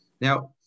Now